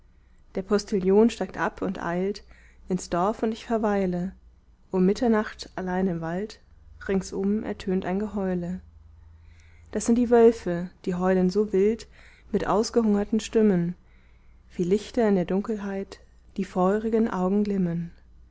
der postillion steigt ab und eilt ins dorf und ich verweile um mitternacht allein im wald ringsum ertönt ein geheule das sind die wölfe die heulen so wild mit ausgehungerten stimmen wie lichter in der dunkelheit die feurigen augen glimmen